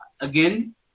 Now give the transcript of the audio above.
Again